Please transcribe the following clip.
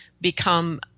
become –